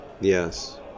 Yes